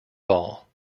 ball